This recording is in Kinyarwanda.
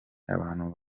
abantu